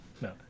No